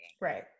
right